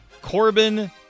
Corbin